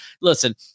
listen